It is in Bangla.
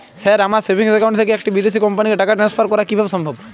স্যার আমার সেভিংস একাউন্ট থেকে একটি বিদেশি কোম্পানিকে টাকা ট্রান্সফার করা কীভাবে সম্ভব?